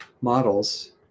models